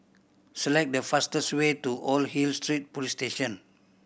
select the fastest way to Old Hill Street Police Station